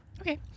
Okay